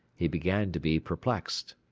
he began to be perplexed.